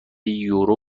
یورو